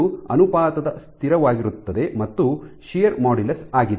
ಇದು ಅನುಪಾತದ ಸ್ಥಿರವಾಗಿರುತ್ತದೆ ಮತ್ತು ಶಿಯರ್ ಮಾಡ್ಯುಲಸ್ ಆಗಿದೆ